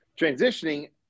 transitioning